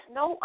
no